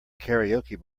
karaoke